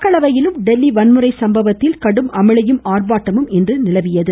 மக்களவையிலும் டெல்லி வன்முறை சம்பவத்தில் கடும் அமளியும் ஆர்ப்பாட்டமும் நிலவியது